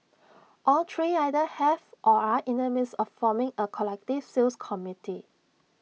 all three either have or are in the midst of forming A collective sales committee